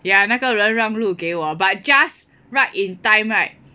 ya 那个人让路给我 but just right in time right